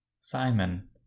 Simon